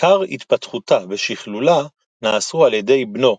עיקר התפתחותה ושכלולה נעשו על ידי בנו